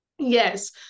Yes